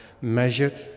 measured